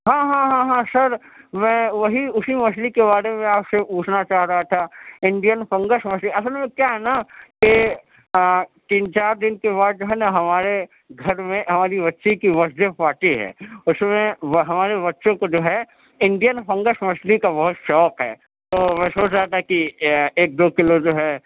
ہاں ہاں ہاں سر میں وہی اسی مچھلی کے بارے میں آپ سے پوچھنا چاہ رہا تھا انڈین فنگش مچھلی اصل میں کیا ہے نا کہ تین چار دن کے بعد جو ہے نا ہمارے گھر میں ہماری بچی کی برتھ ڈے پارٹی ہے اس میں ہمارے بچوں کو جو ہے انڈین فنگش مچھلی کا بہت شوق ہے تو میں سوچ رہا تھا کہ ایک دو کیلو جو ہے